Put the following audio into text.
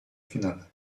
finale